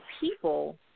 people